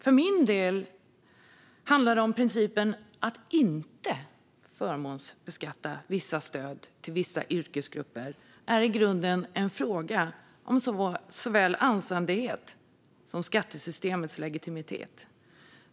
För min del är principen att inte förmånsbeskatta vissa stöd till vissa yrkesgrupper i grunden en fråga om såväl anständighet som skattesystemets legitimitet.